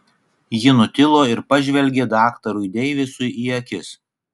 ji nutilo ir pažvelgė daktarui deivisui į akis